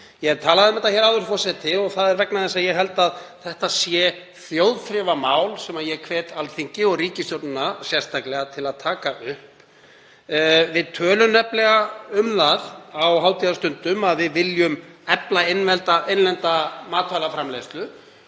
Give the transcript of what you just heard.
hef talað um þetta áður, frú forseti, og það er vegna þess að ég held að þetta sé þjóðþrifamál sem ég hvet Alþingi og ríkisstjórnina sérstaklega til að taka upp. Við tölum nefnilega um það á hátíðarstundum að við viljum efla innlenda matvælaframleiðslu.